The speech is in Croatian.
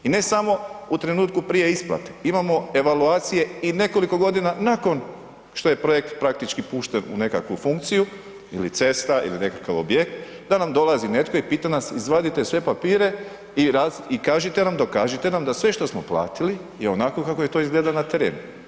I ne samo u trenutku prije isplate, imamo evaluacije i nekoliko godina nakon što je projekt praktički pušten u nekakvu funkciju ili cesta ili nekakav objekt da nam dolazi netko i pita nas, izvaditi sve papire i kažite nam, dokažite nam da sve što smo platili je onako kako to izgleda na terenu.